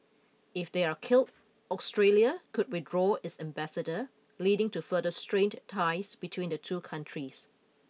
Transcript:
if they are killed Australia could withdraw its ambassador leading to further strained ties between the two countries